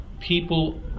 people